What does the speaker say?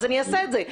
אני אעשה את זה.